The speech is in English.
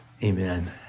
Amen